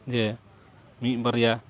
ᱡᱮ ᱢᱤᱫ ᱵᱟᱨᱭᱟ